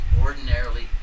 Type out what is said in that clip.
ordinarily